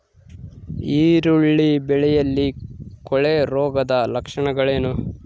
ಈರುಳ್ಳಿ ಬೆಳೆಯಲ್ಲಿ ಕೊಳೆರೋಗದ ಲಕ್ಷಣಗಳೇನು?